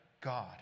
God